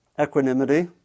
equanimity